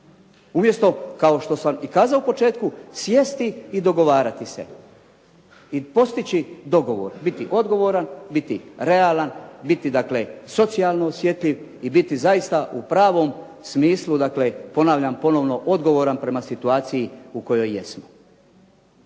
Umjesto kao što sam i kazao u početku sjesti i dogovarati se i postići dogovor, biti odgovoran, biti realan, biti dakle socijalno osjetljiv, i biti zaista u pravom smislu, dakle ponavljam ponovno odgovoran prema situaciji u kojoj jesmo.